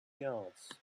yards